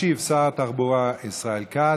ישיב שר התחבורה ישראל כץ.